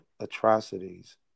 atrocities